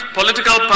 political